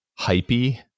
hypey